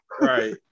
Right